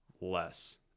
less